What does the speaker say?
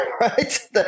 right